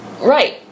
Right